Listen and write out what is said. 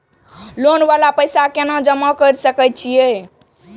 Loan वाला पैसा केना जमा कर सके छीये?